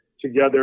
together